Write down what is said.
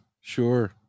sure